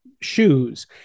shoes